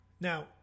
Now